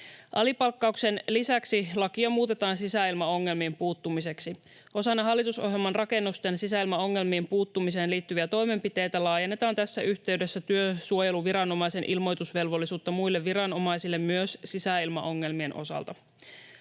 Alipalkkauksen lisäksi lakia muutetaan sisäilmaongelmiin puuttumiseksi. Osana hallitusohjelman rakennusten sisäilmaongelmiin puuttumiseen liittyviä toimenpiteitä laajennetaan tässä yhteydessä työsuojeluviranomaisen ilmoitusvelvollisuutta muille viranomaisille myös sisäilmaongelmien osalta.